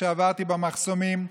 כשעברתי במחסומים,